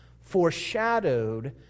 foreshadowed